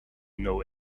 know